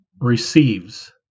receives